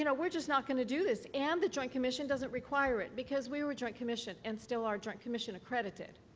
and we're just not going to do this, and the joint commission doesn't require it because we were joint commission and still are joint commission-accredited.